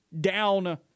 down